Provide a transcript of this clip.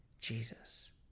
Jesus